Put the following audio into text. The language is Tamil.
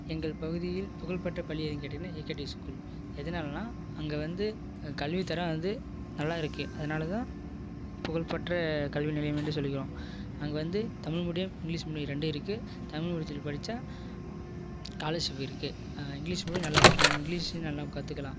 எங்கள் பகுதியில் புகழ்பெற்ற பள்ளி எது கேட்டீங்கனால் ஏகெடி ஸ்கூல் எதனாலன்னால் அங்கே வந்து ஆ கல்வித்தரம் வந்து நல்லா இருக்குது அதனால்தான் புகழ் பெற்ற கல்வி நிலையம் என்று சொல்கிறோம் அங்கே வந்து தமிழ் மீடியம் இங்கிலிஷ் மீடியம் ரெண்டும் இருக்குது தமிழ் மீடியத்தில் படித்தா ஸ்காலர்ஷிப் இருக்குது இங்லிஷ் கூட இங்கிலிஷும் நல்லா கற்றுக்குலாம்